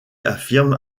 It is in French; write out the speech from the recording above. affirme